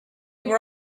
were